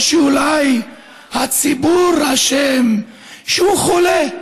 או שאולי הציבור אשם שהוא חולה?